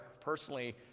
personally